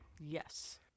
Yes